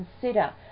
consider